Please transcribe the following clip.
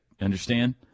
Understand